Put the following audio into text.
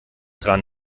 dran